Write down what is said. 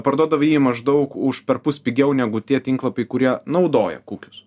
parduodavo jį maždaug už perpus pigiau negu tie tinklapiai kurie naudoja kukius